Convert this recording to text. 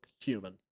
human